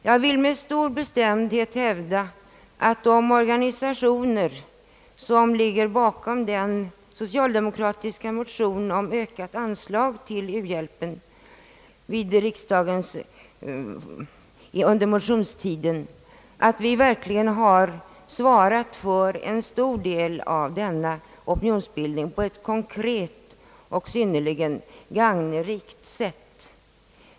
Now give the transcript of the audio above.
Jag vill med stor bestämdhet hävda att de organisationer som ligger bakom den socialdemokratiska motionen om ökat anslag till u-hjälpen — den motion som väcktes under den allmänna motionstiden — verkligen har svarat för en stor del av opinionsbildningen på ett konkret och synnerligen gagnerikt sätt.